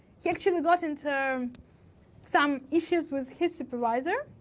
he actually got into some issues with his supervisor